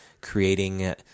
creating